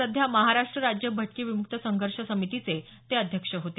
सध्या महाराष्ट्र राज्य भटके विम्क्त संघर्ष समितीचे ते अध्यक्ष होते